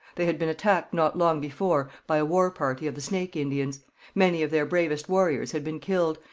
they had been attacked not long before by a war party of the snake indians many of their bravest warriors had been killed,